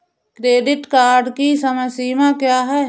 Credit card की समय सीमा क्या है?